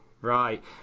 Right